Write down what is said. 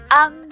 ang